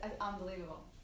unbelievable